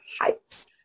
heights